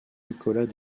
nicolas